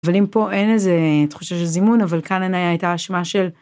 אבל אם פה אין איזה תחושה של זימון אבל כאן אין הייתה אשמה של.